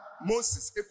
Moses